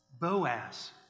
Boaz